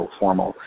formal